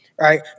right